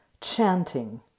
chanting